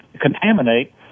contaminate